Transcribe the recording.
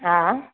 हा